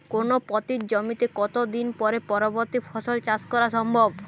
কোনো পতিত জমিতে কত দিন পরে পরবর্তী ফসল চাষ করা সম্ভব?